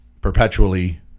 perpetually